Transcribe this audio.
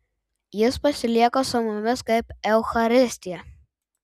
jis pasilieka su mumis kaip eucharistija